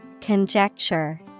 Conjecture